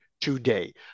today